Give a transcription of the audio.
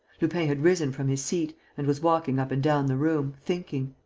lupin had risen from his seat and was walking up and down the room, thinking.